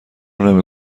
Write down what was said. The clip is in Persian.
نمی